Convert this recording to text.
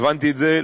הבנתי את זה,